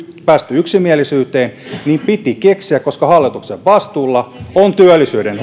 päästy yksimielisyyteen niin piti tuoda uusia keinoja pöytään koska hallituksen vastuulla on työllisyyden